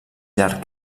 llarg